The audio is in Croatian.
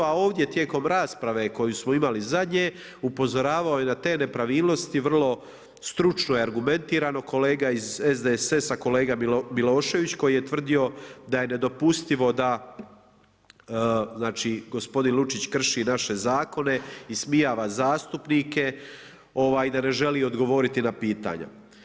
A ovdje tijekom rasprave koje smo imali zadnje, upozoravao je na te nepravilnosti, vrlo stručno je argumentirano, kolega iz SDSS-a kolega Milošević, koji je tvrdio da je nedopustivo da gospodin Lučić krši naše zakone ismijava zastupnike, da ne želi odgovoriti na pitanja.